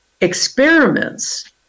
experiments